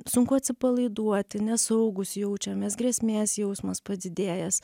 sunku atsipalaiduoti nesaugūs jaučiamės grėsmės jausmas padidėjęs